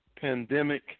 pandemic